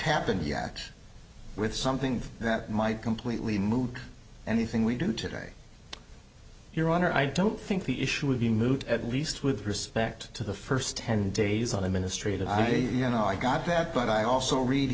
happened yet with something that might completely moot anything we do today your honor i don't think the issue would be moot at least with respect to the first ten days of administrative i do you know i got that but i also read